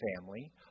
family